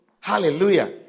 Hallelujah